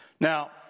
Now